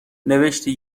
نوشتی